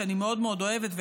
שאני מאוד מאוד אוהבת,